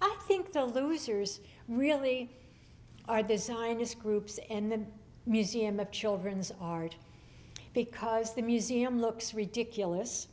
i think the losers really are designed as groups in the museum of children's art because the museum looks ridiculous